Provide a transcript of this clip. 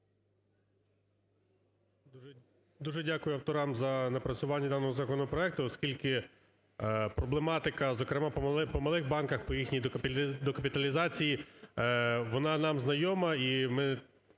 Дуже дякую авторам за напрацювання даного законопроекту, оскільки проблематика, зокрема, по малих банках, по їхній декапіталізації, вона нам знайома